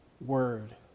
word